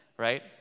right